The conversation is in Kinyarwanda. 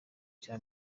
cya